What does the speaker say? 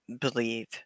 believe